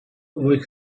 voi